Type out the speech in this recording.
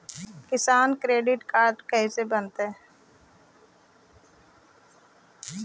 किसान credit card कैसे बनतै?